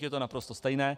Je to naprosto stejné.